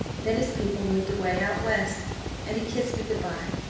then his people moved away out west and he kissed me good-by,